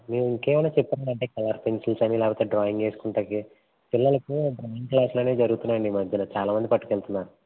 మేము ఇంకా ఏమన్న చెప్పండి అంటే కలర్ పెన్సిల్స్ అని లేకపోతే డ్రాయింగ్ వేసుకోవడానికి పిల్లలకు డ్రాయింగ్ క్లాస్ అనేవి జరుగుతున్నాయి అండి ఈ మధ్యన చాలా మంది పట్టుకు వెళ్తున్నారు